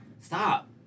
Stop